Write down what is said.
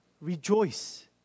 rejoice